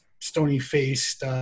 stony-faced